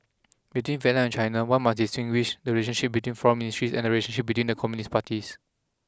between Vietnam and China one must distinguish the relationship between foreign ministries and the relationship between the Communist Parties